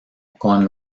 con